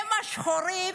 הם השחורים,